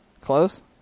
Close